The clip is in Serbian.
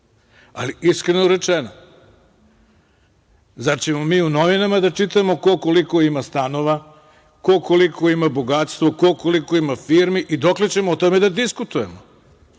ali iskreno rečeno, zar ćemo mi u novinama da čitamo ko koliko ima stanova, ko koliko ima bogatstvo, ko koliko ima firmi i dokle ćemo o tome da diskutujemo?